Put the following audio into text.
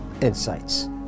insights